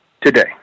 today